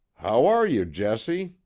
how are you, jesse?